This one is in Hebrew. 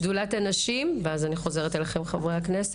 נציגת שדולת הנשים, בבקשה.